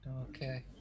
Okay